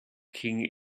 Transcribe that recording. king